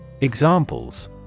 Examples